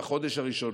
בחודש הראשון,